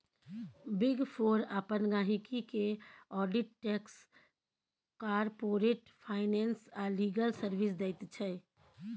big four अपन गहिंकी केँ आडिट टैक्स, कारपोरेट फाइनेंस आ लीगल सर्विस दैत छै